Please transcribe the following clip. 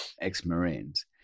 ex-Marines